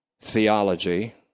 theology